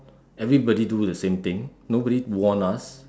everybody do the same thing nobody warn us